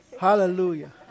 Hallelujah